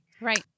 right